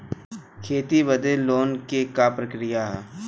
खेती बदे लोन के का प्रक्रिया ह?